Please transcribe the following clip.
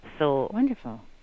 Wonderful